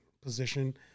position